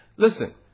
Listen